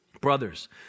brothers